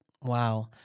Wow